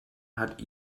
hat